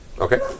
Okay